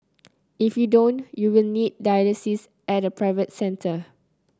if you don't you will need dialysis at a private centre